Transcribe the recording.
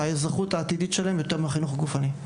על האזרחות העתידית שלהם יותר מהחינוך הגופני.